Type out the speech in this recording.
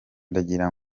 ndagira